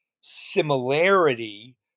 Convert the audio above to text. similarity